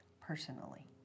personally